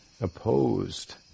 opposed